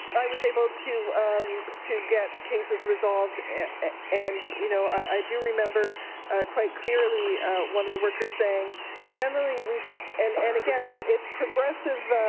i was able to to get cases resolved and you know i do remember quite clearly one of the workers saying generally ah and and again it's it's progressive